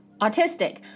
autistic